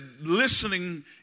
listening